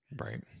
Right